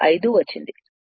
5 వచ్చింది